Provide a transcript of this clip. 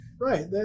Right